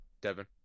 Devin